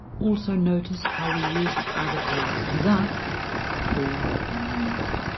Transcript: also, notice how we use the article the before the number.